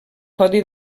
codi